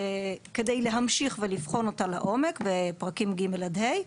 על מנת להמשיך ולבחון אותה לעומק בפרקים ג' עד ה'.